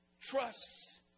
trusts